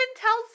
tells